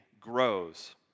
grows